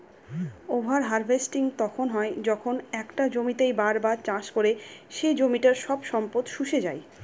over harvesting তখন হয় যখন একটা জমিতেই বার বার চাষ করে সে জমিটার সব সম্পদ শুষে যাই